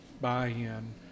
buy-in